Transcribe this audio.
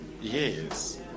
Yes